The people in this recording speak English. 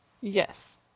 Yes